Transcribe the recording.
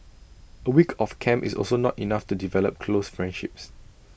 A week of camp is also not enough to develop close friendships